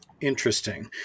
Interesting